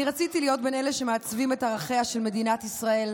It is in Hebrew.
אני רציתי להיות בין אלה שמעצבים את ערכיה של מדינת ישראל,